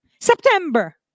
September